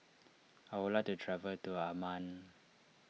I would like to travel to Amman